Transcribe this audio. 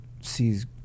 sees